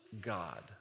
God